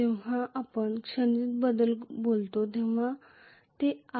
जेव्हा आपण क्षणिक बद्दल बोलता तेव्हा ते RiLdidt